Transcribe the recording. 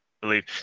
believe